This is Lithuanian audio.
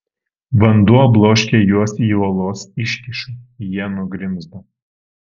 vanduo bloškė juos į uolos iškyšą jie nugrimzdo